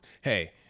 hey